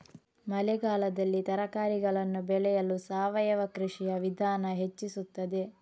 ಮಳೆಗಾಲದಲ್ಲಿ ತರಕಾರಿಗಳನ್ನು ಬೆಳೆಯಲು ಸಾವಯವ ಕೃಷಿಯ ವಿಧಾನ ಹೆಚ್ಚಿಸುತ್ತದೆ?